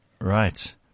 Right